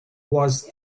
was